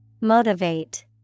Motivate